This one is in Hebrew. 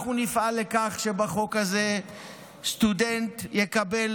אנחנו נפעל לכך שבחוק הזה סטודנט יקבל